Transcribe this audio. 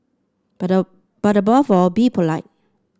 but but above all be polite